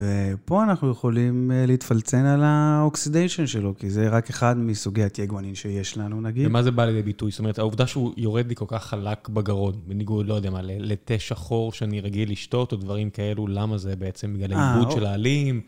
ופה אנחנו יכולים להתפלצן על האוקסידיישן שלו, כי זה רק אחד מסוגי התיאגוונים שיש לנו, נגיד. ומה זה בא לידי ביטוי? זאת אומרת, העובדה שהוא יורד לי כל כך חלק בגרון, בניגוד, לא יודע מה, לתה שחור שאני רגיל לשתות, או דברים כאלו, למה זה בעצם? בגלל העיבוד של העלים?